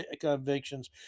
convictions